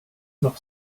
noch